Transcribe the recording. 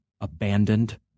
abandoned